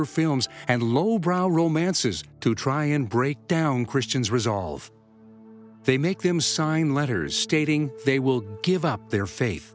er films and low brow romances to try and break down christians resolve they make them sign letters stating they will give up their faith